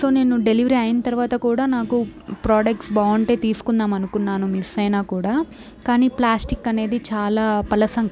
so నేను delivery అయిన తర్వాత కూడా నాకు ప్రొడక్ట్స్ బాగుంటే తీసుకుందాం అనుకున్నాను మిస్ అయినా కూడా కానీ ప్లాస్టిక్ అనేది చాలా పలసం